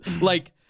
Like-